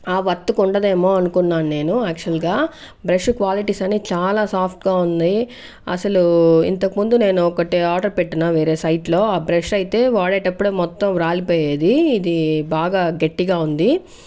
ఆ వర్త్కు ఉండదేమో అనుకున్నాను నేను యాక్చువల్గా బ్రష్ క్వాలిటీస్ అన్ని చాలా సాఫ్ట్గా ఉన్నాయి అసలు ఇంతకుముందు నేను ఒకటి ఆర్డర్ పెట్టిన వేరే సైట్లో ఆ బ్రష్ అయితే వాడేటప్పుడు మొత్తం రాలిపోయేది ఇది బాగా గట్టిగా ఉంది